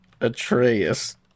atreus